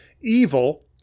Evil